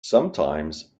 sometimes